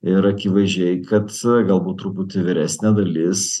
ir akivaizdžiai kad galbūt truputį vyresnė dalis